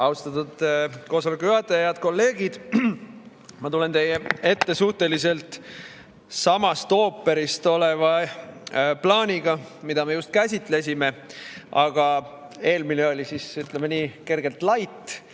Austatud koosoleku juhataja! Head kolleegid! Ma tulen teie ette suhteliselt samast ooperist oleva plaaniga, mida me just käsitlesime, aga eelmine oli, ütleme nii, kergeltlight,